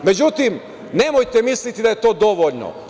Međutim, nemojte misliti da je to dovoljno.